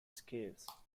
scarce